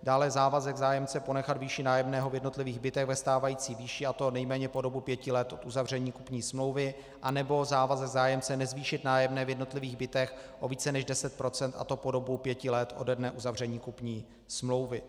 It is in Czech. Dále závazek zájemce ponechat výši nájemného v jednotlivých bytech ve stávající výši, a to zejména po dobu pěti let od uzavření kupní smlouvy, anebo závazek zájemce nezvýšit nájemné v jednotlivých bytech o více než deset procent, a to po dobu pěti let ode dne uzavření kupní smlouvy.